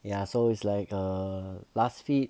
ya so is like err last feed